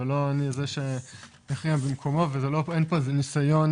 ולא אני זה שיכריע במקומו ואין פה איזה ניסיון